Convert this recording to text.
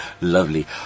Lovely